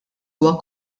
huwa